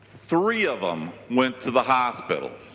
three of them went to the hospital.